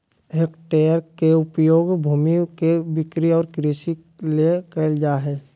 hectare के उपयोग भूमि के बिक्री और कृषि ले कइल जाय हइ